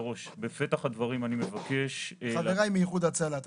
וחבריך מאיחוד הצלה.